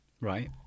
Right